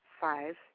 five